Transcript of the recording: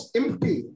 empty